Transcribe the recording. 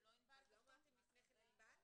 לא אמרתם לפני כן ענבל?